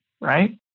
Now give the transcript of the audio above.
right